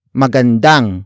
magandang